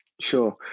Sure